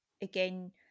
again